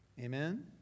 Amen